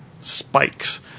spikes